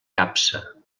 capsa